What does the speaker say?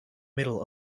middle